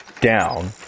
down